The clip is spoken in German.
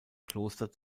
kloster